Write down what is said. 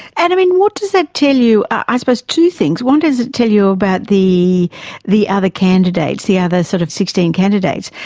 and what does that tell you, i suppose two things, what does it tell you about the the other candidates, the other sort of sixteen candidates,